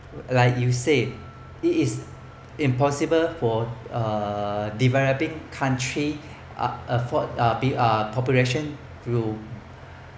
like you said it is impossible for uh developing country uh afford ah be ah population grow